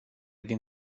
din